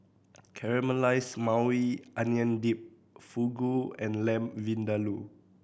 Caramelized Maui Onion Dip Fugu and Lamb Vindaloo